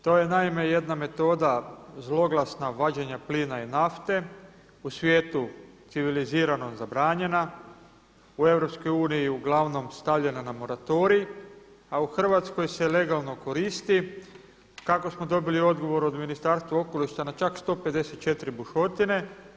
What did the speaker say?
To je naime jedna metoda zloglasna vađenja plina i nafte u svijetu civiliziranom zabranjena, u EU uglavnom stavljena na moratorij a u Hrvatskoj se legalno koristi kako smo dobili odgovor od Ministarstva okoliša na čak 154 bušotine.